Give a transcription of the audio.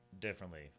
differently